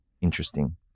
interesting